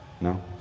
No